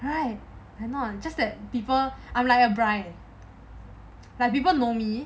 right I'm not just that people I'm like a bright like people know me